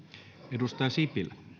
arvoisa